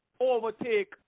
overtake